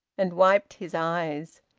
and wiped his eyes.